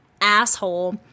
asshole